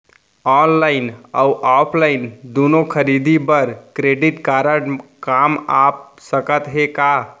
Online अऊ offline दूनो खरीदी बर क्रेडिट कारड काम आप सकत हे का?